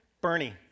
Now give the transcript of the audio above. Bernie